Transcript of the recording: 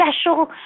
special